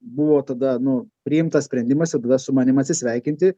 buvo tada nu priimtas sprendimas ir tada su manim atsisveikinti